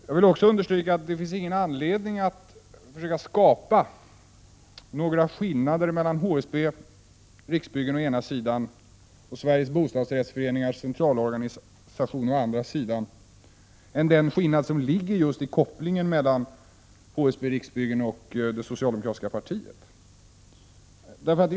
Jag vill också understryka att det inte finns någon anledning att försöka skapa några andra skillnader mellan HSB och Riksbyggen å ena sidan och Sveriges bostadsrättsföreningars centralorganisation å den andra än den skillnad som just ligger i kopplingen mellan HSB och Riksbyggen och det socialdemokratiska partiet.